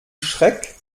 schreck